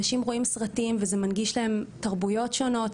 אנשים רואים סרטים וזה מנגיש להם תרבויות שונות,